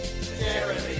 Jeremy